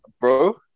bro